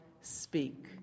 speak